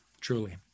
truly